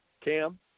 Cam